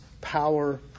power